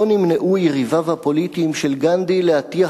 לא נמנעו יריביו הפוליטיים של גנדי מלהטיח